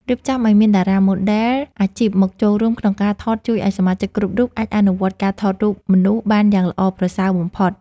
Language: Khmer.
រៀបចំឱ្យមានតារាម៉ូដែលអាជីពមកចូលរួមក្នុងការថតរូបជួយឱ្យសមាជិកគ្រប់រូបអាចអនុវត្តការថតរូបមនុស្សបានយ៉ាងល្អប្រសើរបំផុត។